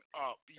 up